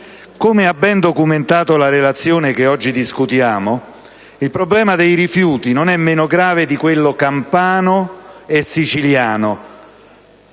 Come ha ben documentato la relazione che oggi discutiamo, il problema rifiuti nel Lazio non è meno grave di quello campano e siciliano,